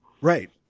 Right